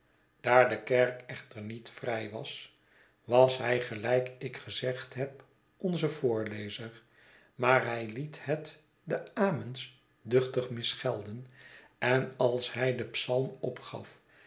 daar de kerk echter niet vrij was was hij gelijk ik gezegd heb onze voorlezer maar hij liet het de amen's duchtig misgelden en als hij den psalm opgaf